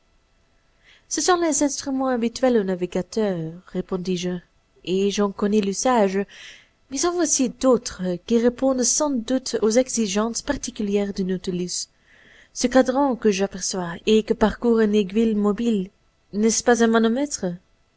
ce sont les instruments habituels au navigateur répondis-je et j'en connais l'usage mais en voici d'autres qui répondent sans doute aux exigences particulières du nautilus ce cadran que j'aperçois et que parcourt une aiguille mobile n'est-ce pas un manomètre